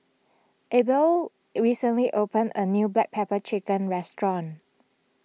Abel recently opened a new Black Pepper Chicken restaurant